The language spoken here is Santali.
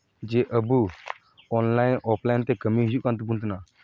ᱡᱮ ᱟᱹᱵᱚ ᱚᱱᱞᱟᱭᱤᱱ ᱚᱯᱷᱞᱟᱭᱤᱱ ᱛᱮ ᱠᱟᱹᱢᱤ ᱦᱩᱭᱩᱜ ᱠᱟᱱ ᱛᱟᱵᱳᱱ ᱛᱟᱦᱮᱱᱟ